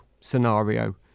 scenario